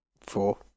Four